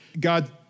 God